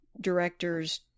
director's